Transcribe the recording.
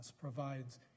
provides